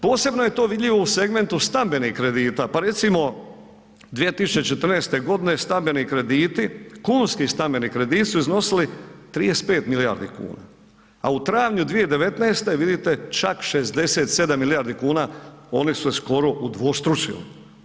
Posebno je to vidljivo u segmentu stambenih kredita, pa recimo 2014. godine kunski stambeni krediti su iznosili 35 milijardi kuna, a u travnju 2019. vidite čak 67 milijardi kuna, oni su se skoro udvostručili.